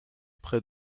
près